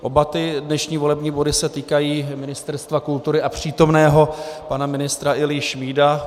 Oba dnešní volební body se týkají Ministerstva kultury a přítomného pana ministra Ilji Šmída.